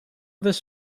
this